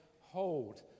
hold